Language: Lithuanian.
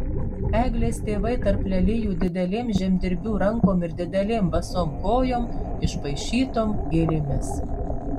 eglės tėvai tarp lelijų didelėm žemdirbių rankom ir didelėm basom kojom išpaišytom gėlėmis